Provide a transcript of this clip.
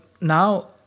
now